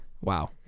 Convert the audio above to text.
Wow